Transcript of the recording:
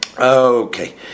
okay